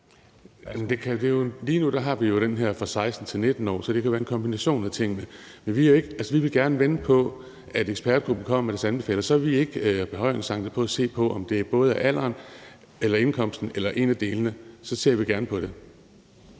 lige nu har vi jo den her ordning for 16-19-årige, så det kan være en kombination af tingene. Altså, vi vil gerne vente på, at ekspertgruppen kommer med deres anbefalinger, og så er vi ikke berøringsangst over for at se på, om det både er alderen og indkomsten eller en af delene. Så ser vi gerne på det.